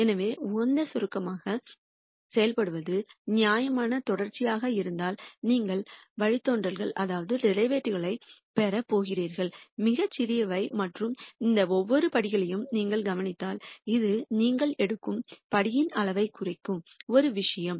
எனவே உகந்ததாக நெருக்கமாக செயல்படுவது நியாயமான தொடர்ச்சியாக இருந்தால் நீங்கள் வழித்தோன்றல்களைப் பெறப் போகிறீர்கள் மிகச் சிறியவை மற்றும் இந்த ஒவ்வொரு படிகளையும் நீங்கள் கவனித்தால் இது நீங்கள் எடுக்கும் படியின் அளவைக் குறிக்கும் ஒரு விஷயம்